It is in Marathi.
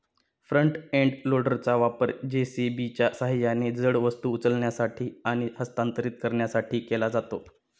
फ्रंट इंड लोडरचा वापर जे.सी.बीच्या सहाय्याने जड वस्तू उचलण्यासाठी आणि हस्तांतरित करण्यासाठी केला जातो